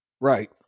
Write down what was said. Right